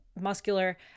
muscular